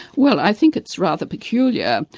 well i think it's rather peculiar,